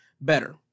better